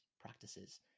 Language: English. practices